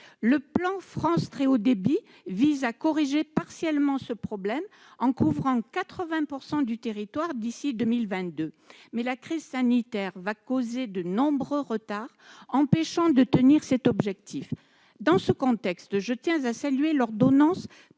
Le plan France Très haut débit vise à corriger partiellement cette situation, par la couverture de 80 % du territoire d'ici à 2022, mais la crise sanitaire va causer de nombreux retards, empêchant de tenir cet objectif. Dans ce contexte, je tiens à saluer l'ordonnance